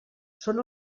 són